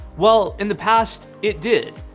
well, in the past, it did.